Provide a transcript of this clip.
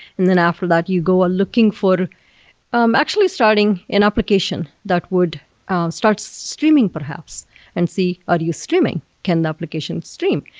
and then after that, you go looking for um actually starting an application that would start streaming perhaps and see are you streaming. can the application stream?